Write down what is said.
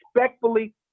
respectfully